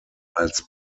als